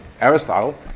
Aristotle